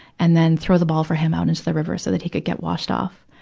and then throw the ball for him out into the river so that he could get washed off.